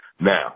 Now